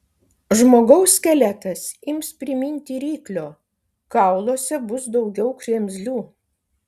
žmogaus skeletas ims priminti ryklio kauluose bus daugiau kremzlių